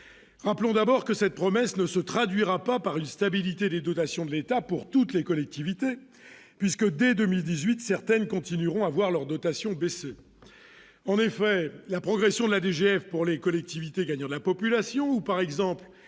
rappelons d'abord que cette promesse ne se traduira pas par une stabilité des dotations de l'État pour toutes les collectivités, puisque dès 2018 certaines continueront à voir leur dotation baisser, en effet, la progression de la DGF pour les collectivités, gagnant la population ou par exemple